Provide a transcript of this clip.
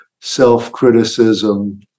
self-criticism